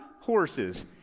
horses